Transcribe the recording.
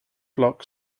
block